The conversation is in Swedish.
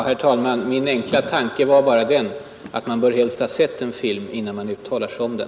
Herr talman! Min enkla tanke var bara den att man helst bör ha sett en film innan man uttalar sig om den.